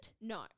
No